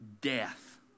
death